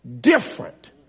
different